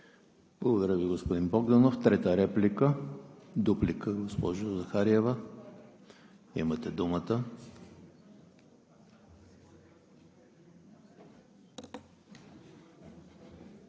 Благодаря Ви, господин Богданов. Трета реплика? Дуплика, госпожо Захариева, имате думата.